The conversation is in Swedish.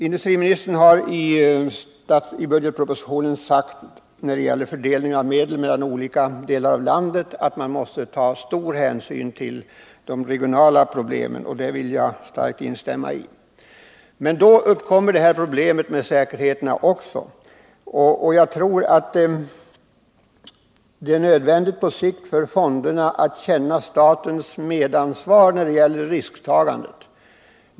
Industriministern har i budgetpropositionen sagt att man vid fördelning av medel mellan olika delar av landet måste ta stor hänsyn till de regionala problemen, och det vill jag starkt instämma i. Men här har vi också problemet med lånesäkerheten. Jag tror att det på sikt är nödvändigt att utvecklingsfonderna känner statens medansvar när det gäller risktagandet.